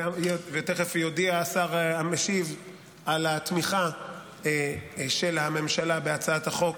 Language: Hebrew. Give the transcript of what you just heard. ותיכף יודיע השר המשיב על התמיכה של הממשלה בהצעת החוק